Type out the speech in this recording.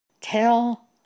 tell